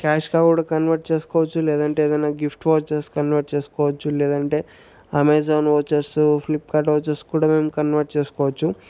క్యాష్గా కూడా కన్వర్ట్ చేసుకోచ్చు లేదంటే ఏదన్నా గిఫ్ట్ ఓచర్స్ కన్వెర్ట్ చేసుకోచ్చు లేదంటే అమెజాన్ ఓచర్సు ఫ్లిప్కార్ట్ ఓచర్స్ కూడా మేము కన్వర్ట్ చేసుకోచ్చు